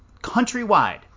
countrywide